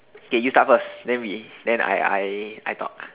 K you start first then we then I I I talk